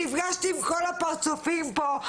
נפגשתי עם כל הפרצופים פה,